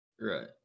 Right